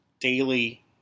daily